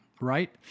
right